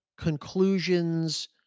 Conclusions